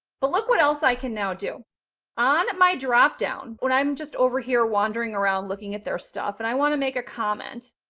but look what else i can now do on it. my dropdown when i'm just over here wandering around looking at their stuff and i want to make a comment,